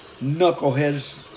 knuckleheads